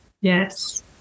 Yes